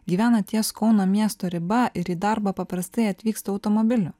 gyvena ties kauno miesto riba ir į darbą paprastai atvyksta automobiliu